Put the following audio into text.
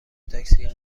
تاکسی